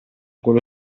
quello